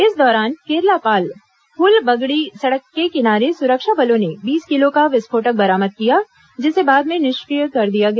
इस दौरान केरलापाल फुलबगड़ी सड़क के किनारे सुरक्षा बलों ने बीस किलो का विस्फोटक बरामद किया जिसे बाद में निष्क्रिय कर दिया गया